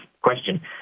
question